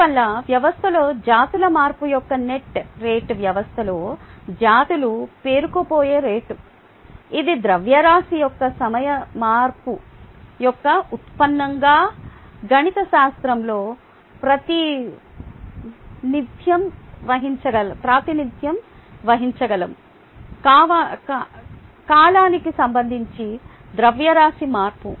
అందువల్ల వ్యవస్థలో జాతుల మార్పు యొక్క నెట్ రేటు వ్యవస్థలో జాతులు పేరుకుపోయే రేటు ఇది ద్రవ్యరాశి యొక్క సమయ మార్పు యొక్క ఉత్పన్నంగా గణితశాస్త్రంలో ప్రాతినిధ్యం వహించగలము కాలానికి సంబంధించి ద్రవ్యరాశి మార్పు